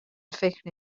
فکر